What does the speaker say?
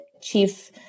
chief